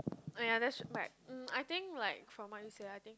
uh ya that's right mm I think like from